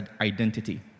identity